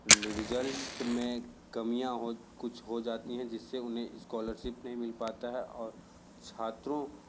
result में कमियाँ हो कुछ हो जाती हैं जिससे उन्हें स्कॉलरशिप नहीं मिल पाता है और छात्रों